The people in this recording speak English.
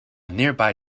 nearby